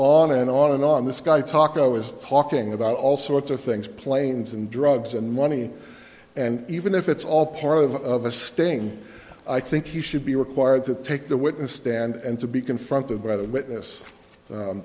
on and on and on this guy talk i was talking about all sorts of things planes and drugs and money and even if it's all part of a sting i think he should be required to take the witness stand and to be confronted by the witness